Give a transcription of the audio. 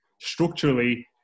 Structurally